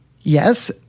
yes